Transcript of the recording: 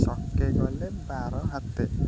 ଛକେ ଗଲେ ବାର ହାତ